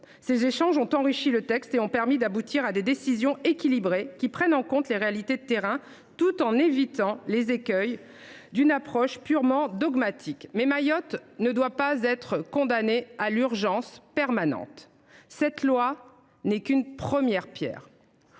Ces échanges ont enrichi le texte et ont permis d’aboutir à des décisions équilibrées prenant en compte les réalités du terrain tout en évitant les écueils d’une approche purement dogmatique. Mayotte ne saurait pourtant être condamnée à l’urgence permanente : ce texte ne constitue qu’une première pierre